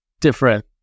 different